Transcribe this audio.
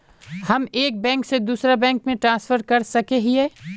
हम एक बैंक से दूसरा बैंक में ट्रांसफर कर सके हिये?